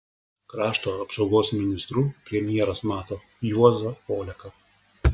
krašto apsaugos ministru premjeras mato juozą oleką